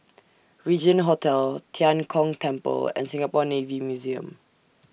Regin Hotel Tian Kong Temple and Singapore Navy Museum